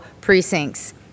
precincts